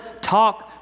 talk